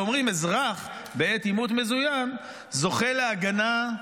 ואומרים: אזרח בעת עימות מזוין זוכה להגנה,